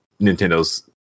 Nintendo's